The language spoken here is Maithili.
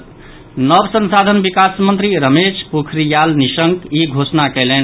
मानव संसाधन विकास मंत्री रमेश पोखरियाल निशंक ई घोषणा कयलनि